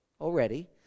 already